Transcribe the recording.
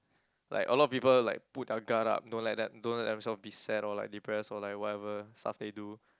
like a lot of people like put their gut up don't like that don't let themselves be sad or like be depressed or like whatever stuff they do